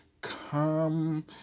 come